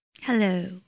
Hello